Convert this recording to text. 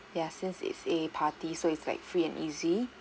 ya since it's a party so it's like free and easy